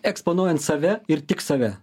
eksponuojant save ir tik save